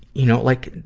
you know, like,